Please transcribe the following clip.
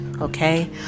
okay